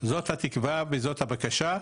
זו התקווה וזו הבקשה.